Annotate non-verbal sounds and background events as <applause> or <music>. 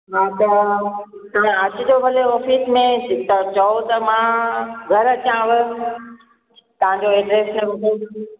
हा त तव्हां अचिजो भले ऑफिस में जे तव्हां चओ त मां घरु अचांव तव्हांजे एड्रेस ते <unintelligible>